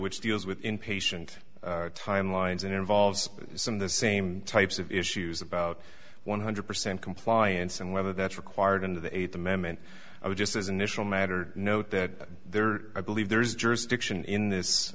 which deals with in patient timelines and involves some of the same types of issues about one hundred percent compliance and whether that's required into the eighth amendment or just as initial matter note that there i believe there is jurisdiction in this